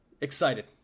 excited